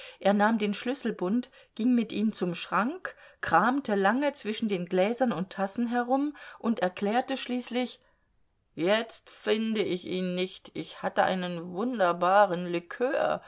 er nahm den schlüsselbund ging mit ihm zum schrank kramte lange zwischen den gläsern und tassen herum und erklärte schließlich jetzt finde ich ihn nicht ich hatte einen wunderbaren likör